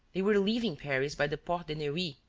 they were leaving paris by the porte de neuilly.